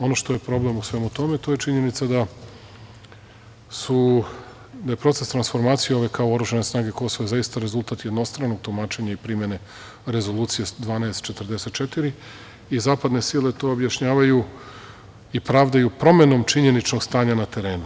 Ono što je problem u svemu tome, to je činjenica da je proces transformacije OVK-a u oružane snage Kosova, zaista rezultat jednostranog tumačenja i primene Rezolucije 1244. i zapadne sile to objašnjavaju i pravdaju promenom činjeničnog stanja na terenu.